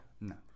No